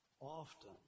often